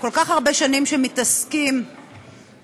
כל כך הרבה שנים שמתעסקים בפריפריה,